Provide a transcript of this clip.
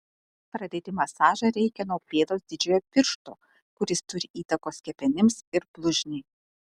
pradėti masažą reikia nuo pėdos didžiojo piršto kuris turi įtakos kepenims ir blužniai